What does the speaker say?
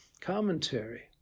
commentary